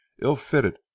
ill-fitted